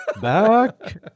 Back